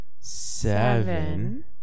seven